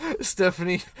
Stephanie